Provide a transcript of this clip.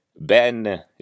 Ben